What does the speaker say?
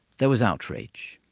there was outrage.